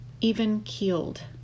even-keeled